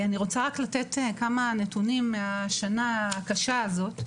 אני רוצה רק לתת כמה נתונים מהשנה הקשה הזאת,